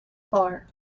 far